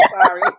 Sorry